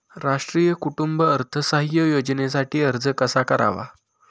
राष्ट्रीय कुटुंब अर्थसहाय्य योजनेसाठी अर्ज कसा करावा?